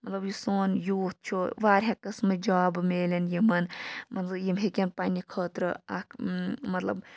مَطلَب یُس سون یوٗتھ چھُ واریاہ قٕسمہٕ جاب مِلیٚن یِمَن یِم ہیٚکَن پَننہِ خٲطرٕ اکھ مَطلَب